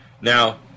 Now